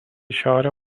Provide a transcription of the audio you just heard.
šiaurę